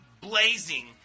blazing